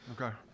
Okay